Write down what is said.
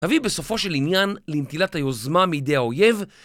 נביא בסופו של עניין לנטילת היוזמה מידי האויב